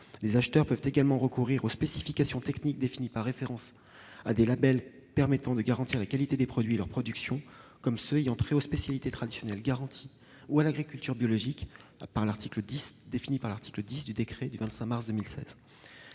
Les acheteurs peuvent également recourir aux spécifications techniques définies par référence à des labels permettant de garantir la qualité des produits et de leur production, comme ceux ayant trait aux « spécialités traditionnelles garanties » ou à l'agriculture biologique, en vertu de l'article 10 du décret du 25 mars 2016.